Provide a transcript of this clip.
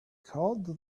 called